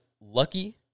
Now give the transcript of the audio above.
lucky